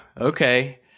okay